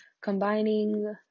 combining